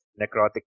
necrotic